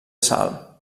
sal